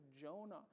Jonah